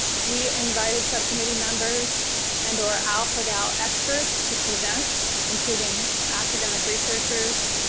we invited subcommittee members and or alpha-gal experts to present including academic researchers,